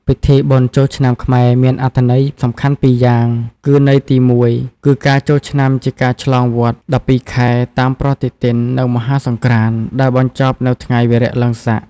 ពិធីបុណ្យចូលឆ្នាំខ្មែរមានអត្ថន័យសំខាន់ ២ យ៉ាងគឺ ន័យទី ១ គឺការចូលឆ្នាំជាការឆ្លងវដ្ត ១២ ខែ តាមប្រតិទិន និងមហាសង្ក្រាន្ត ដែលបញ្ចប់នៅថ្ងៃវារៈឡើងស័ក។